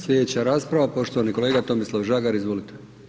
Slijedeća rasprava, poštovani kolega Tomislav Žagar, izvolite.